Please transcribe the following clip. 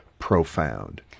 Profound